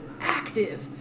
active